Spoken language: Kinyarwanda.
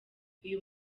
uyu